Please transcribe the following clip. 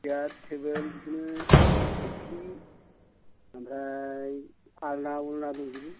सियार थेबोल बिदिनो स'खि ओमफ्राय आलना उलना दंजोबो